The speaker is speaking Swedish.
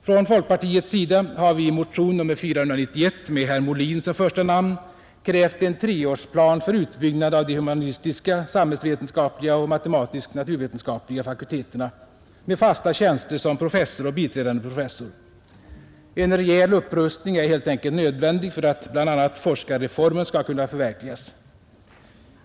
Från folkpartiets sida har vi i motion nr 491 med herr Molin som första namn krävt en treårsplan för utbyggnad av de humanistiska, samhällsvetenskapliga och matematisk-naturvetenskapliga fakulteterna med fasta tjänster som professor och biträdande professor. En rejäl upprustning är helt enkelt nödvändig för att bl.a. forskarreformen skall kunna förverkligas.